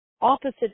opposite